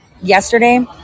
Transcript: yesterday